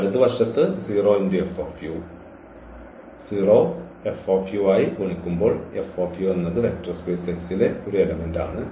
വലതുവശത്ത് 0 ആയി ഗുണിക്കുമ്പോൾ എന്നത് വെക്റ്റർ സ്പേസ് X ലെ ഒരു എലെമെന്റാണ്